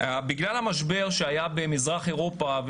בגלל המשבר שהיה במזרח אירופה,